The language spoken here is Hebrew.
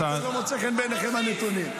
אז לא מוצאים חן בעיניכם הנתונים.